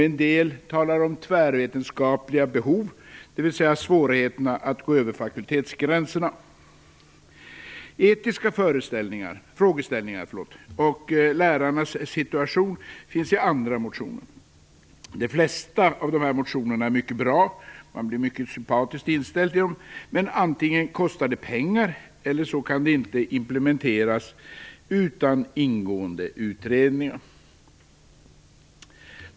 I en del motioner talas det om tvärvetenskapliga behov, dvs. svårigheterna att gå över fakultetsgränserna. Etiska frågeställningar och lärarnas situation tas upp i andra motioner. De flesta av de här motionerna är mycket bra, man blir mycket sympatiskt inställd till dem, men antingen kostar förslagen pengar, eller så kan de inte implementeras utan ingående utredningar.